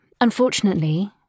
Unfortunately